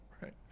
right